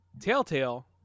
Telltale